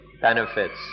benefits